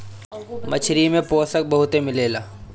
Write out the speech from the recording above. मछरी में पोषक बहुते मिलेला